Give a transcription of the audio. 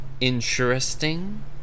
interesting